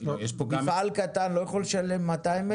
מפעל קטן לא יכול לשלם 200,000 ₪?